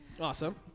Awesome